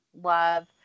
love